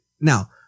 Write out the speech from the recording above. Now